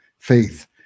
Faith